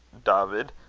dawvid,